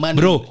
Bro